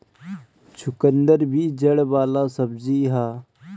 चुकंदर भी जड़ वाला सब्जी हअ